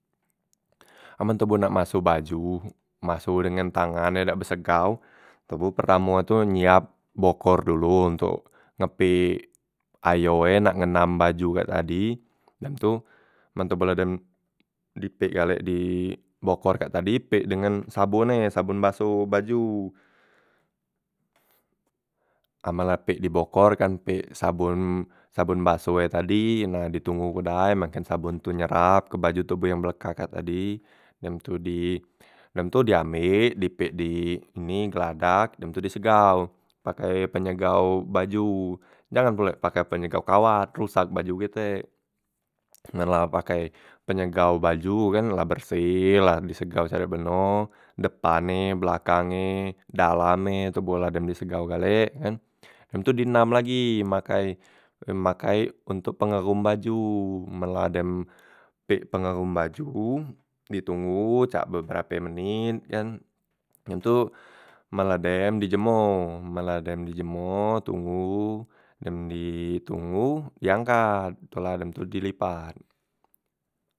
Amen toboh nak masoh baju, masoh dengan tangan ye dak be sekau, toboh pertamo tu nyiap bokor dulu ontok ngepek ayo e nak ngendam baju kak tadi, dem tu men toboh la dem di pek gale di bokor kak tadi, pek dengan sabon e, sabon basoh baju amen la pek di bokor kan pek sabon, sabon basoh e tadi nah di tunggu ku day maken sabon tu nyerap ke bajo toboh yang belekat tadi, dem tu di dem tu di ambek di pek di ini gladak, dem tu di segau pakai penyegau baju, jangan pule pakai penyegau kawat rusak baju kitek, men la pakai penyegau baju e kan la berseh la di segau sampe beno depan e, belakang e, dalam e toboh la dem di segau gale kan, dem tu di endam lagi makai, makai untok pengehom baju men ladem pek pengehom baju ditunggu cak be berape menit kan, dem tu men la dem di jemo, men la dem di jemo tunggu dem di tunggu di angkat tulah dem tu di lipat.